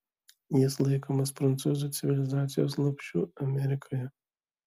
jis laikomas prancūzų civilizacijos lopšiu amerikoje